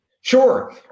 Sure